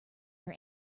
your